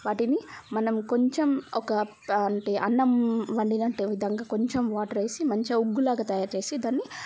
వాటిని మనం కొంచెం ఒక అంటే అన్నం వండినట్టే విధంగా కొంచెం వాటర్ వేసీ మంచిగా ఉగ్గులాగా తాయారు చేసి దాన్ని